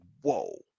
whoa